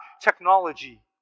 technology